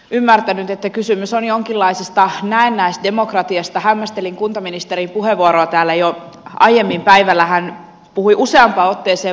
ymmärtänyt että kysymys on jonkinlaisesta näennäisdemokratiastahämmästelin kuntaministerin puheenvuoroa täällä jo aiemmin päivällä hän puhui useaan otteeseen